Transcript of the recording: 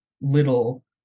little